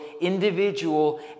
individual